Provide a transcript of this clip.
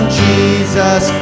jesus